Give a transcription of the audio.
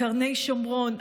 קרני שומרון,